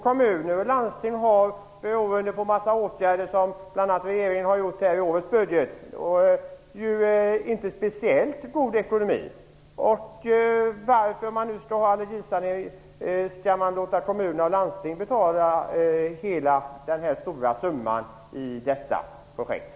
Kommuner och landsting har beroende på en massa åtgärder som regeringen har gjort och föreslår i årets budget inte speciellt god ekonomi. Skall man låta kommuner och landsting betala hela den stora summan för allergisanering i detta projekt?